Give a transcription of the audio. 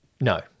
No